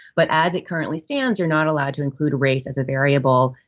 but as it currently stands, you're not allowed to include race as a variable.